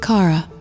Kara